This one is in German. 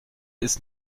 ist